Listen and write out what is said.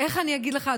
איך אני אגיד לך,